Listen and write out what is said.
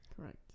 correct